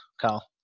Carl